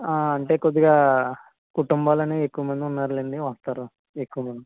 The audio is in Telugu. అంటే కొద్దిగా కుటుంబాలు అనేవి ఎక్కువ మంది ఉన్నారులెండి వస్తారు ఎక్కువ మంది